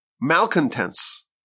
malcontents